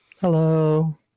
Hello